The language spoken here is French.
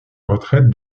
retraite